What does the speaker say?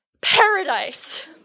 paradise